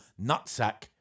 nutsack